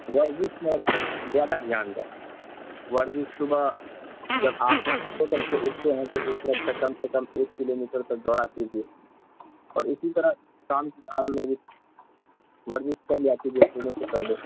ورزش میں زیادہ دھیان دیں ورزش صبح جب آپ سو کر کے اٹھتے ہیں تو اس وقت کم سے کم ایک کلو میٹر تک دوڑا کیجیے اور اسی طرح شام ورزش کر لیا کیجیے سونے سے پہلے